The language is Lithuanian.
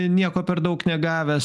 nieko per daug negavęs